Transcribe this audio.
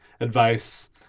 advice